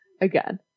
Again